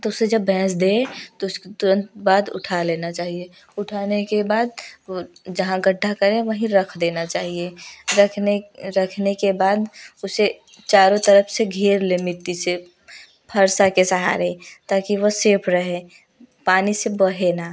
तो उसे जब भैंस दे तो उसके तुरंत बाद उठा लेना चाहिए उठाने के बाद वो जहाँ गड्ढा करें वहीँ रख देना चाहिए रखने रखने के बाद उसे चारों तरफ से घेर लें मिट्टी से फरसा के सहारे ताकि वो सेफ़ रहे पानी से बहे ना